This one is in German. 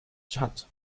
tschad